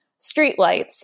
streetlights